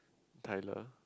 Tylor